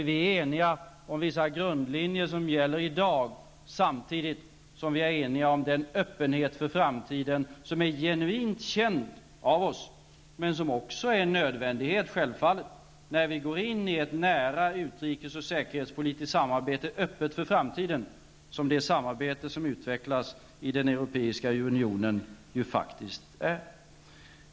Vi är eniga om vissa grundlinjer som gäller i dag, samtidigt som vi är eniga om den öppenhet för framtiden som är genuint känd av oss men som också självfallet är en nödvändighet när vi går in i ett nära utrikes och säkerhetspolitiskt samarbete som är så öppet för framtiden som faktiskt är fallet när det gäller det samarbete som utvecklas i den europeiska unionen.